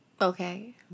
Okay